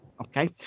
okay